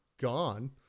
gone